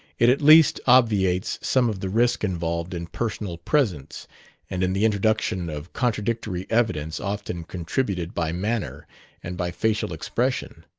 it at least obviates some of the risk involved in personal presence and in the introduction of contradictory evidence often contributed by manner and by facial expression.